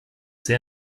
sehr